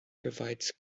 provides